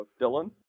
Dylan